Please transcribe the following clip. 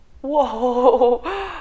Whoa